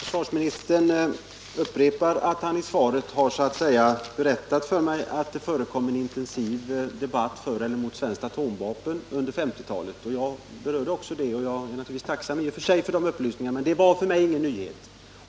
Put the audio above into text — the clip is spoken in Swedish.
Herr talman! Försvarsministern upprepar att han i svaret har så att säga berättat för mig att det förekom en intensiv debatt för och emot svenska atomvapen under 1950-talet. Jag berörde det också, och jag är naturligtvis tacksam för dessa upplysningar, men det var för mig ingen nyhet.